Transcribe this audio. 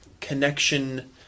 ...connection